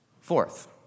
Fourth